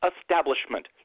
establishment